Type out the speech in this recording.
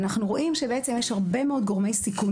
אנחנו רואים שיש הרבה מאוד גורמי סיכון